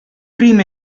prima